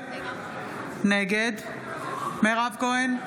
נגד מירב כהן,